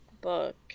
book